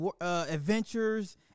adventures